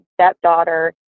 Stepdaughter